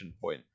point